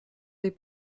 des